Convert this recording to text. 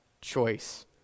choice